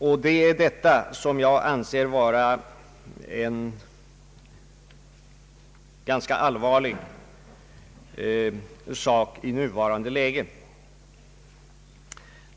Jag anser detta vara ganska allvarligt i nuvarande läge.